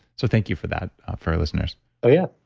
so thank you for that for our listeners oh, yeah.